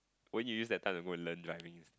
when you use that time to go and learn driving